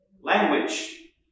Language